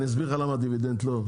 אני אסביר לך למה הדיבידנד לא,